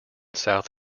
south